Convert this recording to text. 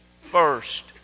first